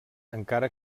encara